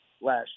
last